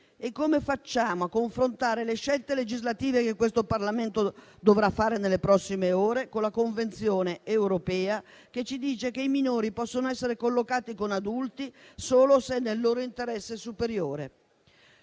come facciamo a confrontare le scelte legislative che questo Parlamento dovrà fare nelle prossime ore con la convenzione europea secondo la quale i minori possono essere collocati con adulti solo se è nel loro interesse superiore.